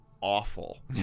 awful